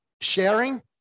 sharing